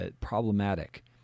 problematic